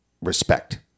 respect